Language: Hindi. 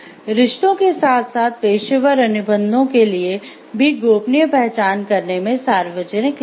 रिश्तों के साथ साथ पेशेवर अनुबंधों के लिए भी गोपनीय पहचान करने में सार्वजनिक लाभ हैं